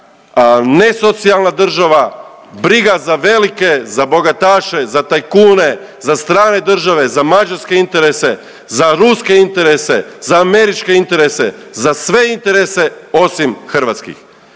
a ne socijalna država, briga za velike, za bogataše, za tajkune, za strane države, za mađarske interese, za ruske interese, za američke interese, za sve interese osim hrvatskih,